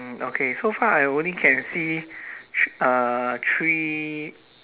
mm okay so far I only can see thr~ uh three